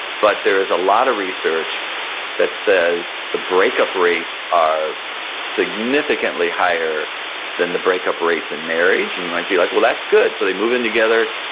but there is a lot of research that says the breakup rates are significantly higher than the breakup rates in marriage. and you might be like, well, that's good. so they move in together,